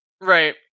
Right